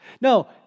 No